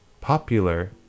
popular